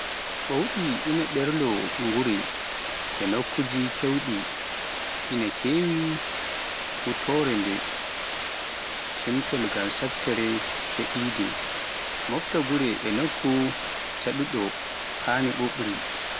Ɓowɗi ina mberloo nguura e nokkuuji keewɗi, ina keewi huutoraade ciimtol ngam siftorde kaɓirɗe, ina moofta nguura e nokku caɗtuɗo, hono ɓuuɓri.